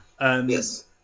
Yes